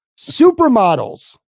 supermodels